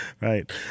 Right